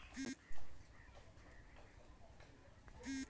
बैंकत अंकाउट होले सभारो पैसा सुरक्षित रह छेक